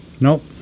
Nope